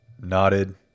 nodded